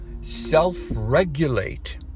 self-regulate